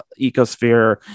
ecosphere